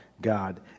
God